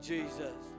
Jesus